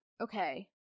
Okay